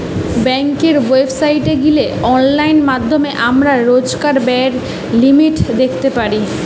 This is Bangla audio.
বেংকের ওয়েবসাইটে গিলে অনলাইন মাধ্যমে আমরা রোজকার ব্যায়ের লিমিট দ্যাখতে পারি